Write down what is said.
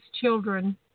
children